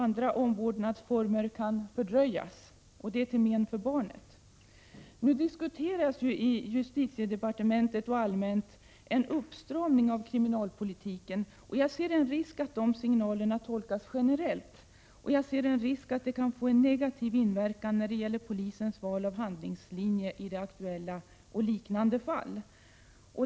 Andra omvårdnadsformer kan också fördröjas. Detta är till men för barnet. Nu diskuteras i justitiedepartementet och allmänt en uppstramning av kriminalpolitiken. Jag ser en risk i att de signalerna tolkas generellt, och jag ser en risk att detta kan få en negativ inverkan när det gäller polisens val av handlingslinje i det aktuella fallet och liknande fall.